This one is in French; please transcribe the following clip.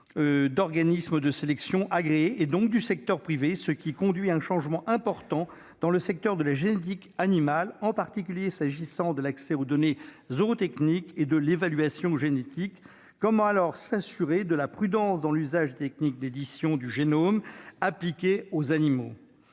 organismes de sélection agréés, et donc du secteur privé, ce qui conduit à un changement important dans le secteur de la génétique animale, en particulier s'agissant de l'accès aux données zootechniques et de l'évaluation génétique ». Dans ces conditions, comment s'assurer que les techniques d'édition de génome appliquées aux animaux